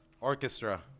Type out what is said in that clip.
Orchestra